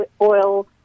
oil